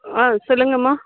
ஆ சொல்லுங்கம்மா